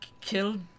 killed